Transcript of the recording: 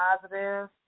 positive